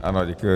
Ano, děkuji.